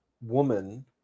woman